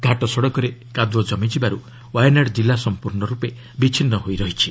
ଘାଟ ସଡ଼କରେ କାଦୁଅ ଜମିଯିବାରୁ ୱାୟାନାଡ୍ କିଲ୍ଲା ସମ୍ପର୍ଷ ରୂପେ ବିଚ୍ଛିନ୍ଦ ହୋଇ ରହିଛି